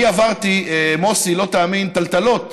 אני עברתי, מוסי, לא תאמין, טלטלות.